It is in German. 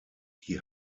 die